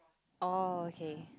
oh okay